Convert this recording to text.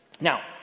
Now